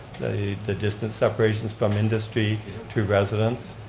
the distance separations from industry to residents.